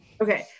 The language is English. Okay